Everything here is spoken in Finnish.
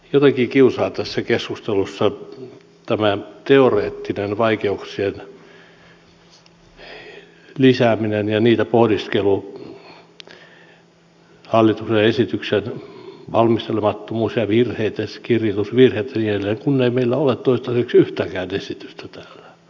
jotenkin kiusaa tässä keskustelussa tämä teoreettinen vaikeuksien lisääminen ja niiden pohdiskelu hallituksen esityksen valmistelemattomuus ja virheet ja kirjoitusvirheet kun meillä ei toistaiseksi ole yhtäkään esitystä täällä